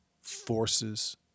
forces